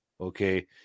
okay